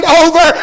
over